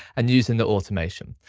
and using the automation.